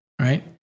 Right